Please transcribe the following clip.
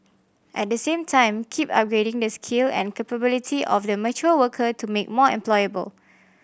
at the same time keep upgrading the skill and capability of the mature worker to make more employable